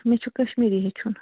مےٚ چھُ کشمیٖری ہٮ۪چھُن